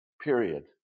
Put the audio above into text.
period